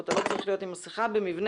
אתה לא צריך להיות עם מסכה במבנה,